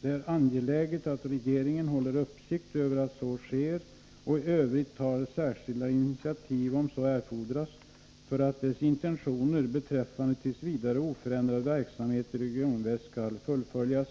Det är angeläget att regeringen håller uppsikt över att så sker och i övrigt tar särskilda initiativ om så erfordras för att dess intentioner beträffande t.v. oförändrad verksamhet vid Regioninvest skall fullföljas.